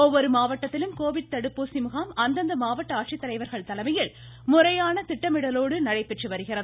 ஒவ்வொரு மாவட்டத்திலும் கோவிட் தடுப்பூசி முகாம் அந்தந்த மாவட்ட ஆட்சித்தலைவா்கள் தலைமையில் முறையான திட்டமிடலோடு நடைபெற்று வருகிறது